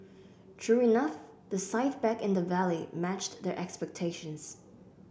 true enough the sight back in the valley matched their expectations